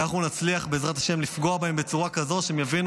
ואנחנו נצליח בעזרת השם לפגוע בהם בצורה כזאת שהם יבינו